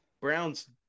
Browns